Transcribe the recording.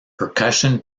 percussion